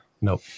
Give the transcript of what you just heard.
Nope